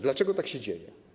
Dlaczego tak się dzieje?